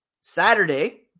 Saturday